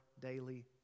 daily